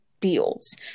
deals